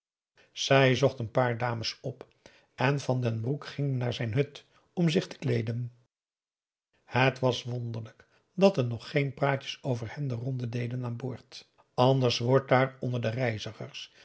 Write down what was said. zij zocht een paar dames op en van den broek ging naar zijn hut om zich te kleeden het was wonderlijk dat er nog geen praatjes over hen de ronde deden aan boord anders wordt daar onder de reizigers